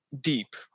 deep